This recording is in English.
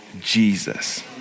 Jesus